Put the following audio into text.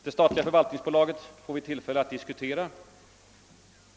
Det statliga förvaltningsbolaget får vi tillfälle att diskutera.